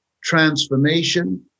transformation